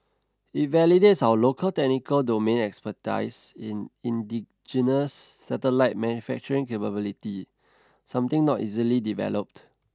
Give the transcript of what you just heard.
it validates our local technical domain expertise in indigenous satellite manufacturing capability something not easily developed